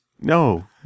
No